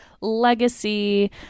legacy